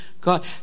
God